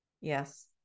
Yes